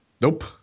Nope